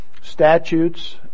statutes